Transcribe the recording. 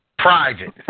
Private